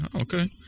okay